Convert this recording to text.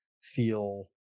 feel